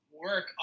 work